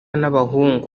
n’abahungu